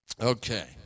okay